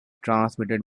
transmitted